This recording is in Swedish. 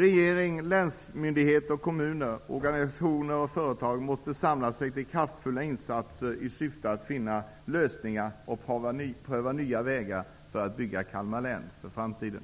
Regeringen, länsmyndigheter, kommuner, organisationer och företag måste samla sig till kraftfulla insatser i syfte att finna lösningar och pröva nya vägar för att bygga Kalmar län för framtiden!